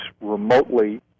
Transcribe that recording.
remotely